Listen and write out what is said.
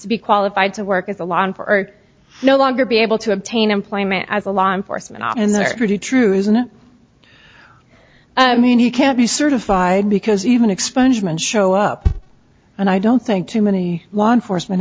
to be qualified to work as a law in for no longer be able to obtain employment as a law enforcement officer pretty true isn't it i mean he can't be certified because even expungement show up and i don't think too many law enforcement